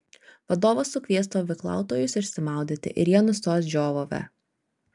vadovas sukvies stovyklautojus išsimaudyti ir jie nustos žiovavę